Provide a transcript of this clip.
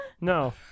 No